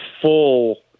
full